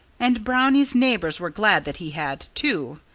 and brownie's neighbors were glad that he had, too.